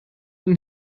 den